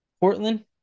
Portland